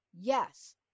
Yes